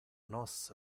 nos